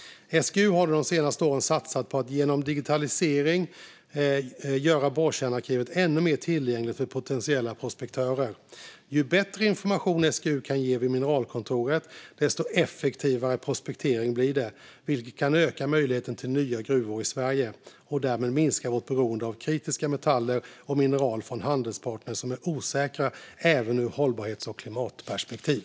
SGU har under de senaste åren satsat på att genom digitalisering göra borrkärnearkivet ännu mer tillgängligt för potentiella prospektörer. Ju bättre information SGU kan ge vid mineralkontoret, desto effektivare prospektering blir det, vilket kan öka möjligheten till nya gruvor i Sverige och därmed minska vårt beroende av kritiska metaller och mineral från handelspartner som är osäkra även ur hållbarhets och klimatperspektiv.